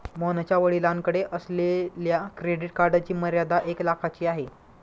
मोहनच्या वडिलांकडे असलेल्या क्रेडिट कार्डची मर्यादा एक लाखाची आहे